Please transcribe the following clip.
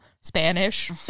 Spanish